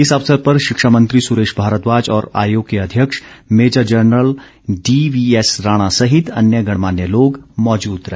इस अवसर पर शिक्षामंत्री सुरेश भारद्वाज और आयोग के अध्यक्ष मेजर जनरल डीवीएस राणा सहित अन्य गणमान्य लोग मौजूद रहे